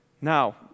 Now